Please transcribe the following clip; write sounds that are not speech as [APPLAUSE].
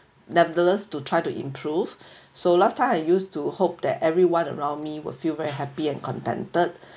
nevertheless to try to improve [BREATH] so last time I used to hope that everyone around me will feel very happy and contented